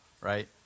right